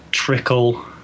Trickle